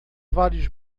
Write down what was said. vários